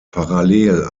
parallel